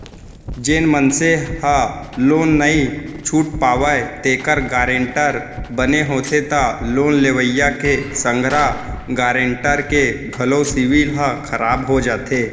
जेन मनसे ह लोन नइ छूट पावय तेखर गारेंटर बने होथे त लोन लेवइया के संघरा गारेंटर के घलो सिविल ह खराब हो जाथे